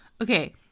Okay